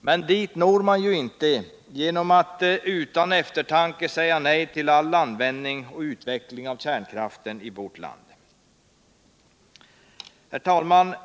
men dit når man inte genom att utan eftertanke säga nej tll all användning och utveckling av kärnkraften i vårt land. Herr talman!